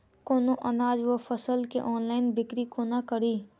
कोनों अनाज वा फसल केँ ऑनलाइन बिक्री कोना कड़ी?